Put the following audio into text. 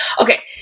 Okay